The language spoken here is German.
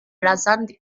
rasant